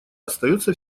остается